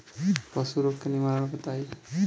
पशु रोग के निवारण बताई?